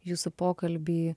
jūsų pokalbį